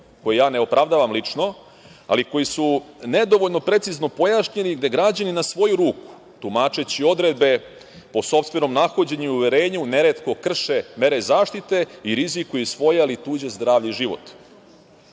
koje ja ne opravdavam lično, ali koji su nedovoljno precizno pojašnjeni, gde građani na svoju ruku, tumačeći odredbe po sopstvenom nahođenju i uverenju, neretko krše mere zaštite i rizikuju svoje, ali i tuđe zdravlje i život. Na